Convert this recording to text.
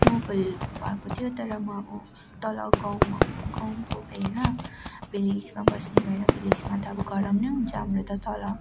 snowfall भएको थियो तर म तल गाउँमा गाउँको भएर भिलेजमा बस्ने भएर भिलेजमा त अब गरम नै हुन्छ हाम्रो त तल